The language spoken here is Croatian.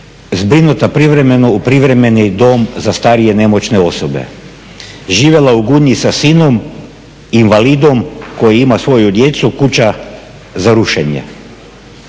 zbrinuta privremeno u privremeni dom za starije nemoćne osobe. Živjela je u Gunji sa sinom invalidom koji ima svoju djecu, kuća za rušenje.